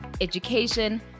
education